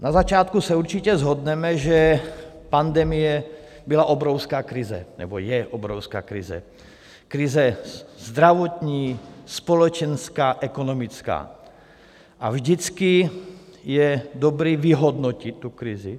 Na začátku se určitě shodneme, že pandemie byla obrovská krize nebo je obrovská krize krize zdravotní, společenská, ekonomická, a vždycky je dobré vyhodnotit tu krizi.